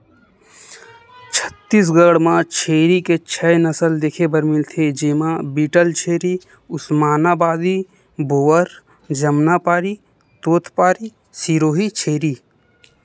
छत्तीसगढ़ म छेरी के छै नसल देखे बर मिलथे, जेमा बीटलछेरी, उस्मानाबादी, बोअर, जमनापारी, तोतपारी, सिरोही छेरी